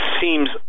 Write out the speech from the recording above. seems